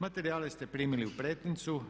Materijale ste primili u pretincu.